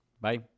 Bye